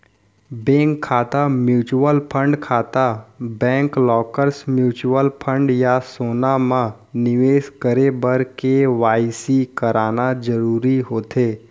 bank खाता, mutual fund खाता, bank lockers, mutual fund या सोना म निवेस करे बर के.वाई.सी कराना जरूरी होथे